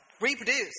reproduce